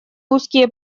узкие